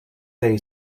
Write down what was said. day